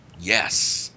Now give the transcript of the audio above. Yes